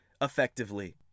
effectively